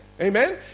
Amen